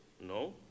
no